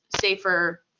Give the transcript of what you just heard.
safer